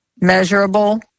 measurable